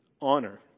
honor